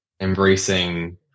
embracing